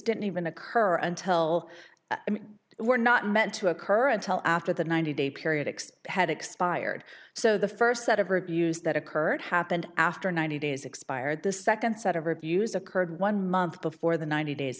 didn't even occur until we're not meant to occur until after the ninety day period expect had expired so the first set of reviews that occurred happened after ninety days expired the second set of reviews occurred one month before the ninety days